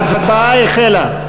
ההצבעה החלה.